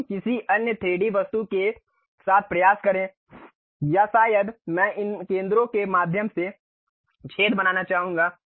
तो हम किसी अन्य 3D वस्तु के साथ प्रयास करें या शायद मैं इन केंद्रों के माध्यम से छेद बनाना चाहूंगा